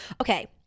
Okay